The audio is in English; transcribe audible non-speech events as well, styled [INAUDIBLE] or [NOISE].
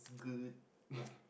good [LAUGHS]